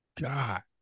God